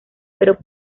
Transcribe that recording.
pero